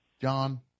John